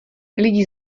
lidi